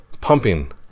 pumping